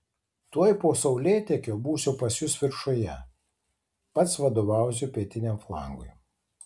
tuoj po saulėtekio būsiu pas jus viršuje pats vadovausiu pietiniam flangui